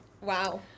wow